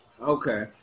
Okay